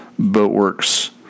Boatworks